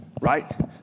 right